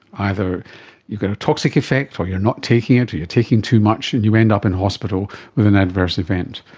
either you get a toxic effect or you're not taking it or you're taking too much and you end up in hospital with an adverse event.